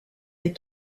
des